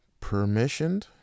permissioned